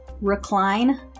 Recline